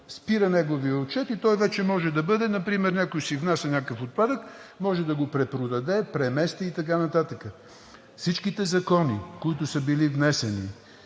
спира неговият отчет и той вече може да бъде – например някой си внася някакъв отпадък, може да го препродаде, премести и така нататък. Всички закони, които са били внесени